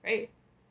right